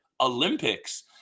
Olympics